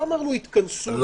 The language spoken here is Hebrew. לא אמרנו התכנסות של המונים.